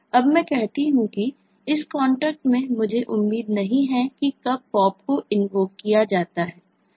अब मैं कहता हूं कि इस कॉन्ट्रैक्ट में मुझे उम्मीद नहीं है कि कब Pop को इन्वोक किया जाता है